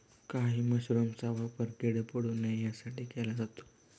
काही मशरूमचा वापर किडे पडू नये यासाठी केला जातो